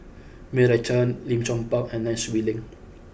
Meira Chand Lim Chong Pang and Nai Swee Leng